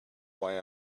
why